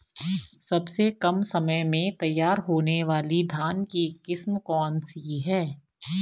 सबसे कम समय में तैयार होने वाली धान की किस्म कौन सी है?